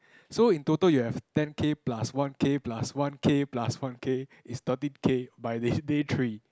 so in total you have ten K plus one K plus one K plus one K is thirteen K by the day three